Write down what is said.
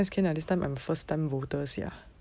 I just nice can ah this time I first time voters sia